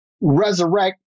resurrect